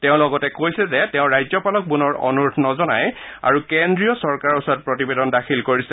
তেওঁ লগতে কৈছে যে তেওঁ ৰাজ্যপালক পূনৰ অনুৰোধ নজনায় আৰু কেন্দ্ৰীয় চৰকাৰৰ ওচৰত প্ৰতিবেদন দাখিল কৰিছে